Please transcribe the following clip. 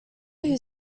who